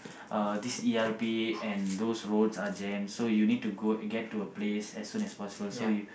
uh this E_R_P and those roads are jam so you need go get to a place as soon as possible so you